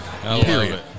Period